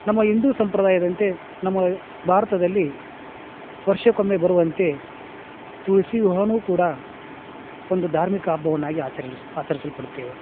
ನಮ್ಮ ಹಿಂದೂ ಸಂಪ್ರದಾಯದಂತೆ ನಮ್ಮ ಭಾರತದಲ್ಲಿ ವರ್ಷಕ್ಕೊಮ್ಮೆ ಬರುವಂತೆ ತುಳಸಿ ವಿವಾಹನೂ ಕೂಡ ಒಂದು ಧಾರ್ಮಿಕ ಹಬ್ಬವನ್ನಾಗಿ ಆಚರಿಲಿಸ್ ಆಚರಿಸಲ್ಪಡ್ತವೆ